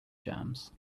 jams